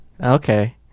okay